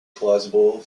plausible